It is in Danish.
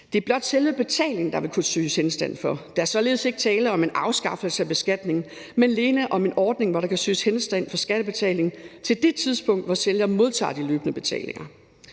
Det er blot selve betalingen, der vil kunne søges henstand for. Der er således ikke tale om en afskaffelse af beskatningen, men alene om en ordning, hvor der kan søges henstand for skattebetalingen til det tidspunkt, hvor sælger modtager de løbende betalinger.